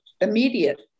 immediate